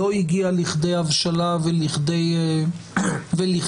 לא הגיע לכדי הבשלה ולכדי סיום,